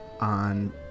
on